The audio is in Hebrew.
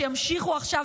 שימשיכו עכשיו,